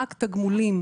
רק תגמולים